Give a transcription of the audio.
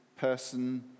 person